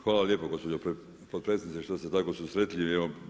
Hvala lijepo gospođo potpredsjednice što ste tako susretljivi.